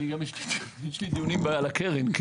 אולי דיון, כי